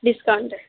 discount